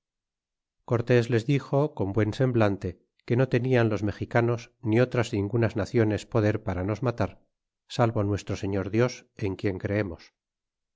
cortés les dixo con buen semblante que no tenian los mexicanos ni otras ningunas naciones poder para nos matar salvo nuestro señor dios en quien creemos